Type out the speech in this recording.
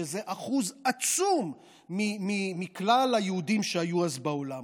שזה אחוז עצום מכלל היהודים שהיו אז בעולם.